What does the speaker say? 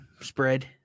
spread